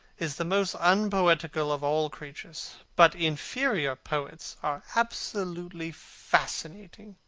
is the most unpoetical of all creatures. but inferior poets are absolutely fascinating.